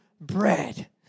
bread